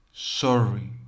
Sorry